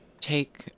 take